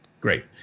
Great